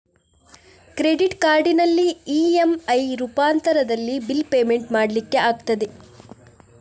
Credit ಕಾರ್ಡಿನಲ್ಲಿ EMI ರೂಪಾಂತರದಲ್ಲಿ bill payment ಮಾಡ್ಲಿಕ್ಕೆ ಆಗ್ತದ?